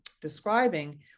describing